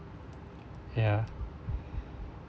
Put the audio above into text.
ya